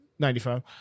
95